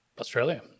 Australia